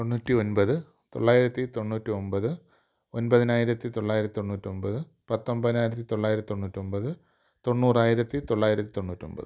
തൊണ്ണൂറ്റി ഒൻപത് തൊള്ളായിരത്തി തൊണ്ണൂറ്റി ഒൻപത് ഒൻപതിനായിരത്തി തൊള്ളായിരത്തി തൊണ്ണൂറ്റി ഒൻപത് പത്തൊൻപതിനായിരത്തിതൊള്ളായിരത്തി തൊണ്ണൂറ്റി ഒൻപത് തൊണ്ണൂറായിരത്തി തൊള്ളായിരത്തി തൊണ്ണൂറ്റി ഒൻപത്